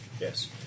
yes